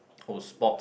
oh sports